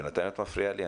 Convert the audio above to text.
בינתיים את מפריעה לי,